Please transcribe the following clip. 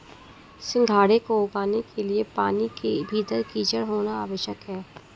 सिंघाड़े को उगाने के लिए पानी के भीतर कीचड़ होना आवश्यक है